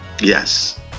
Yes